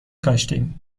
کاشتیم